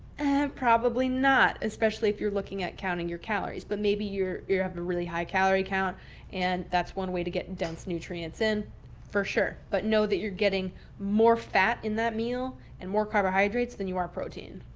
probably not, especially if you're looking at counting your calories, but maybe you're you're having a really high calorie count and that's one way to get dense nutrients in for sure. but know that you're getting more fat in that meal and more carbohydrates than you are protein.